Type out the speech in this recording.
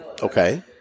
Okay